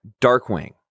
Darkwing